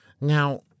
Now